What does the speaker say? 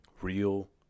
Real